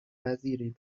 وزیری